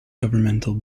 governmental